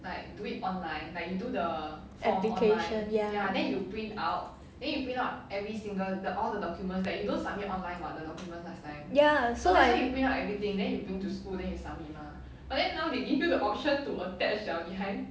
application ya ya so I